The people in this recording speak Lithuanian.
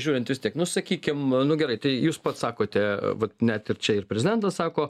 žiūrint vis tiek nu sakykim nu gerai tai jūs pats sakote vat net ir čia ir prezidentas sako